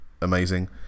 Amazing